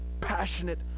passionate